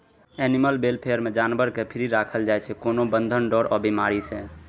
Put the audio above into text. animal welfare मे जानबर केँ फ्री राखल जाइ छै कोनो बंधन, डर आ बेमारी सँ